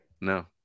No